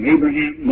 Abraham